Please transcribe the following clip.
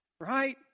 right